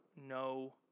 no